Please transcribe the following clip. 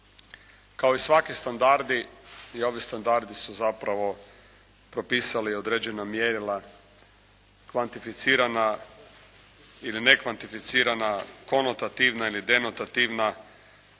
Kao i svaki standardi i ovi standardi su zapravo propisali određena mjerila kvantificirana ili ne kvantificirana, konotativna ili denotativna